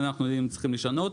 היינו צריכים לשנות,